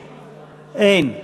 אין.